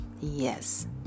yes